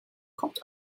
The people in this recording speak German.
kommt